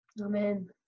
Amen